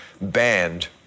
banned